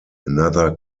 another